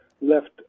left